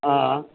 ಹಾಂ